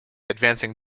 advancing